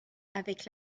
avec